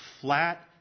flat